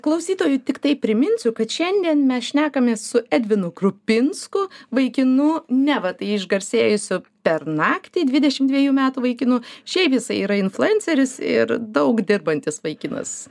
klausytojui tiktai priminsiu kad šiandien mes šnekamės su edvinu krupinsku vaikinu neva tai išgarsėjusiu per naktį dvidešim dviejų metų vaikinu šiaip jisai yra influenceris ir daug dirbantis vaikinas